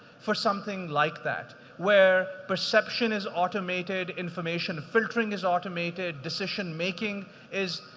for something like that where perception is automated, information filtering is automated, decision making is,